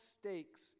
stakes